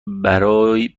براحتی